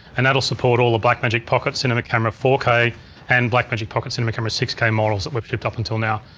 and that'll support all the blackmagic pocket cinema camera four k and blackmagic pocket cinema camera six k models that we've shipped up until now.